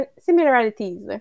similarities